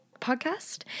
podcast